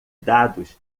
dados